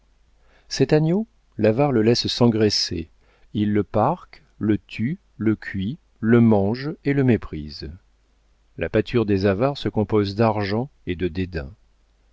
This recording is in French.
cet agneau l'avare le laisse s'engraisser il le parque le tue le cuit le mange et le méprise la pâture des avares se compose d'argent et de dédain